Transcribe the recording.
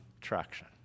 traction